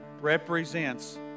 represents